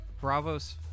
Bravos